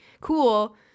cool